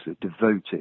devoted